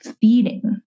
feeding